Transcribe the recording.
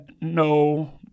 No